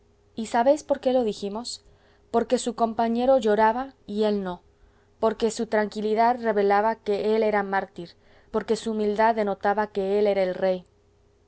y sabéis por qué lo dijimos porque su compañero lloraba y él no porque su tranquilidad revelaba que él era mártir porque su humildad denotaba que él era el rey